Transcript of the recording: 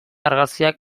argazkiak